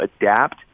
adapt